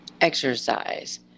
exercise